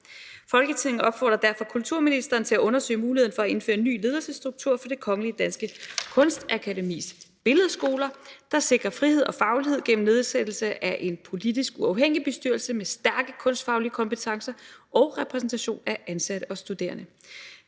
Folketinget opfordrer derfor kulturministeren til at undersøge muligheden for at indføre en ny ledelsesstruktur for Det Kongelige Danske Kunstakademis Billedkunstskoler, der sikrer frihed og faglighed gennem nedsættelse af en politisk uafhængig bestyrelse med stærke kunstfaglige kompetencer og repræsentation af ansatte og studerende.